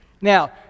now